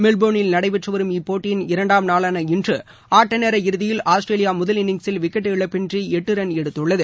மெல்போர்னில் நடைபெற்று வரும் இப்போட்டியிள் இரண்டாம் நாளான இன்று ஆட்டநேர இறுதியில் ஆஸ்திரேலியா முதல் இன்னிங்ஸில் விக்கெட் இழபின்றி எட்டு ரன் எடுத்துள்ளது